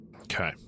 Okay